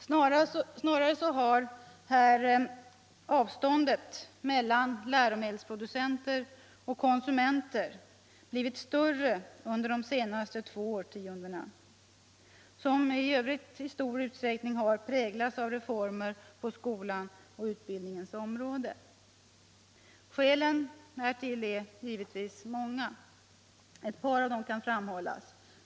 Snarare har avståndet meilan läromedelsproducenter och ”konsumenter” blivit större under de senaste två årtiondena, som i övrigt i stor utsträckning präglats av reformer på skolans och utbildningens område. Skälen härtill är givetvis många. Ett par av dem kan framhållas.